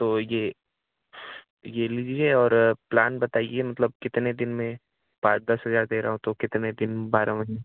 तो यह यह लीजिए और प्लान बताइए मतलब कितने दिन में पाँच दस हज़ार दे रहा हूँ तो कितने दिन बारह